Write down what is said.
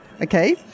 Okay